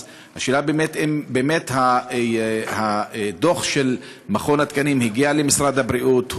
השאלה היא אם באמת הדוח של מכון התקנים הגיע למשרד הבריאות ונבדק.